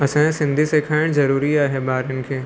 असांखे सिंधी सेखारण ज़रूरी आहे ॿारनि खे